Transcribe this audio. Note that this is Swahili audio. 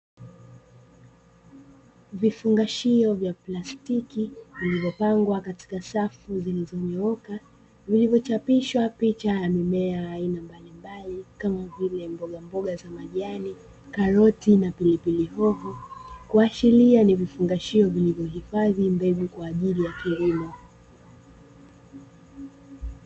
Vifungashio vya plastiki vilivyopangwa katika safu zilizonyooka vilivyochapishwa picha ya mimea aina mbalimbali kama vile mboga mboga za majani, karoti na vile vile hoho, kuashiria ni vifungashio vilivyohifadhi mbegu kwa ajili ya kilimo.